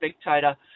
spectator